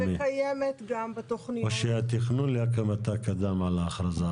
או שהתכנון להקמתה קדם להכרזה,